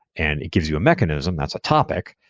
and it gives you a mechanism, that's a topic,